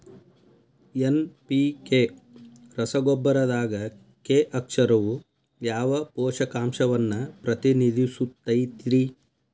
NPK ರಸಗೊಬ್ಬರದಾಗ K ಅಕ್ಷರವು ಯಾವ ಪೋಷಕಾಂಶವನ್ನ ಪ್ರತಿನಿಧಿಸುತೈತ್ರಿ?